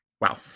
Wow